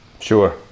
Sure